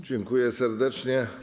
Dziękuję serdecznie.